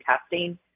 testing